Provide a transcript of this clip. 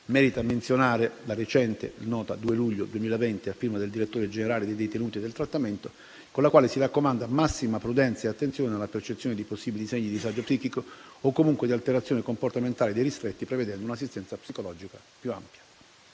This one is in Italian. merita menzionare la recente nota del 2 luglio 2020 a firma del direttore generale dei detenuti e del trattamento, con la quale si raccomanda massima prudenza e attenzione nella percezione di possibili segni di disagio psichico o comunque di alterazione comportamentale dei ristretti, prevedendo un'assistenza psicologica più ampia.